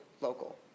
local